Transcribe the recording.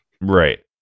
Right